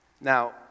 Now